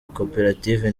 koperative